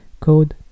Code